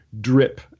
drip